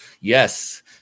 Yes